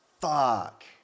fuck